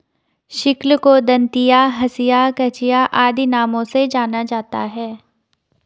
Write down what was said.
sickle को दँतिया, हँसिया, कचिया आदि नामों से जाना जाता है